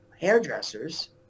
hairdressers